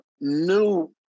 new